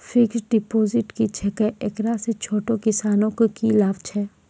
Fixed deposit की छिकै, एकरा से छोटो किसानों के की लाभ छै?